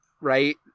Right